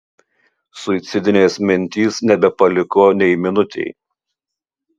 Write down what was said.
suicidinės mintys nebepaliko nei minutei